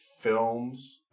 films